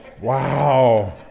Wow